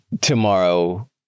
tomorrow